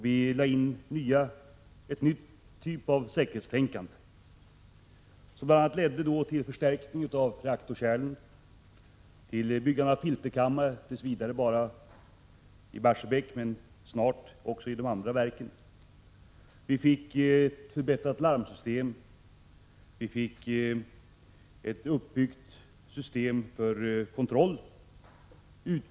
Vi lade in en ny typ av säkerhetstänkande, som bl.a. ledde till förstärkning av reaktorkärlen, byggande av filterkammare — tills vidare bara i Barsebäck men snart också i de andra verken — förbättrat larmsystem och ett uppbyggt system för kontroll.